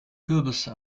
kürbisse